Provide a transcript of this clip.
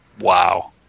Wow